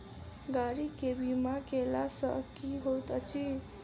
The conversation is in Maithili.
गाड़ी केँ बीमा कैला सँ की होइत अछि?